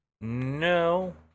No